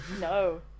no